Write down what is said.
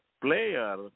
player